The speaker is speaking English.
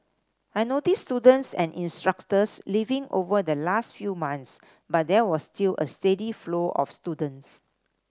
I noticed students and instructors leaving over the last few months but there was still a steady flow of students